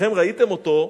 שכולכם ראיתם אותו,